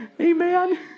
Amen